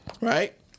right